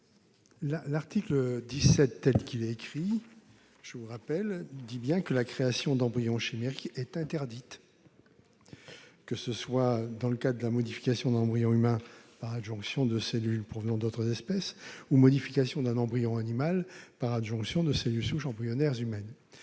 l'article 17, dans sa rédaction présente, dispose bien que la création d'embryons chimériques est interdite, que ce soit dans le cadre de la modification d'un embryon humain par adjonction de cellules provenant d'autres espèces, ou de celle d'un embryon animal par adjonction de cellules souches embryonnaires humaines.